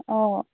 অঁ